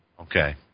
Okay